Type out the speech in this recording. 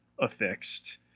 affixed